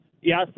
Yes